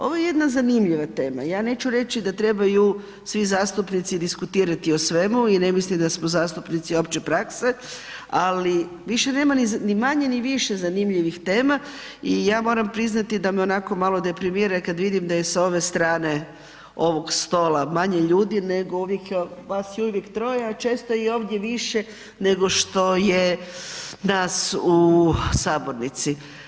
Ovo je jedna zanimljiva tema i ja neću reći da trebaju svih zastupnici diskutirati o svemu i ne mislim da smo zastupnici opće prakse, ali više nema ni manje ni više zanimljivih tema i ja moram priznati da me onako malo deprimira kad vidim da je sa ove strane ovog stola manje ljudi, vas je uvijek troje a često je ovdje više nego što je nas u sabornici.